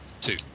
Two